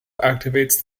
activates